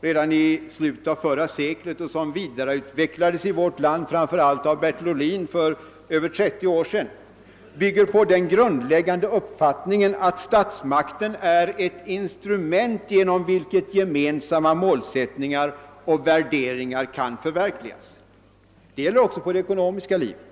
redan i slutet av förra seklet och som vidareutvecklades i vårt land framför allt av Bertil Ohlin för över 30 år sedan, byg ger på den grundläggande uppfattningen att statsmakten är ett instrument genom vilket gemensamma målsättningar och värderingar kan förverkligas. Detta gäller också för det ekonomiska livet.